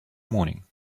morning